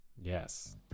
Yes